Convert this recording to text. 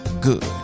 Good